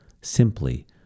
simply